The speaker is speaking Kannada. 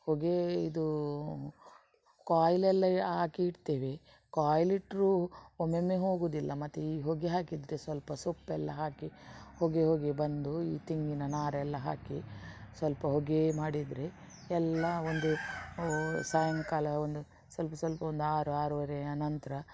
ಹೊಗೆ ಇದು ಕಾಯಿಲ್ ಎಲ್ಲ ಹಾಕಿ ಇಡ್ತೇವೆ ಕಾಯಿಲ್ ಇಟ್ಟರೂ ಒಮ್ಮೆ ಒಮ್ಮೆ ಹೋಗೋದಿಲ್ಲ ಮತ್ತೆ ಈ ಹೊಗೆ ಹಾಕಿದರೆ ಸ್ವಲ್ಪ ಸೊಪ್ಪೆಲ್ಲ ಹಾಕಿ ಹೊಗೆ ಹೊಗೆ ಬಂದು ಈ ತೆಂಗಿನ ನಾರೆಲ್ಲ ಹಾಕಿ ಸ್ವಲ್ಪ ಹೊಗೆ ಮಾಡಿದರೆ ಎಲ್ಲ ಒಂದು ಸಾಯಂಕಾಲ ಒಂದು ಸ್ವಲ್ಪ ಸ್ವಲ್ಪ ಒಂದು ಆರು ಆರು ವರೆಯ ನಂತರ